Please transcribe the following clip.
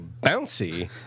bouncy